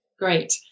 Great